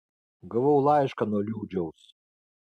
gavau laišką nuo liūdžiaus